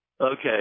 Okay